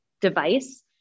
device